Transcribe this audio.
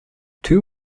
two